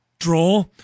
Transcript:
draw